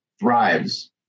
thrives